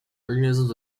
organisms